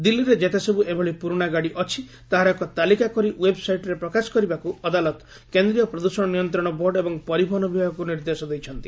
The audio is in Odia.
ଦିଲ୍ଲୀରେ ଯେତେସବୁ ଏଭଳି ପୁରୁଣା ଗାଡ଼ି ଅଛି ତାହାର ଏକ ତାଲିକା କରି ଓ୍ୱେବ୍ସାଇଟ୍ରେ ପ୍ରକାଶ କରିବାକୁ ଅଦାଲତ କେନ୍ଦ୍ରୀୟ ପ୍ରଦ୍ୟଷଣ ନିୟନ୍ତ୍ରଣ ବୋର୍ଡ଼ ଏବଂ ପରିବହନ ବିଭାଗକୁ ନିର୍ଦ୍ଦେଶ ଦେଇଛନ୍ତି